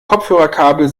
kopfhörerkabel